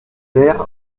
ter